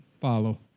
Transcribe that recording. follow